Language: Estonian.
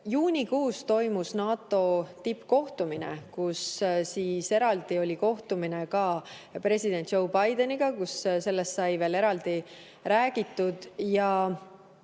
Juunikuus toimus NATO tippkohtumine, kus oli eraldi kohtumine ka president Joe Bideniga ja sellest sai veel eraldi räägitud.